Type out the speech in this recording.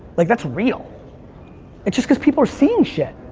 like that's real it. just cause people are seeing shit.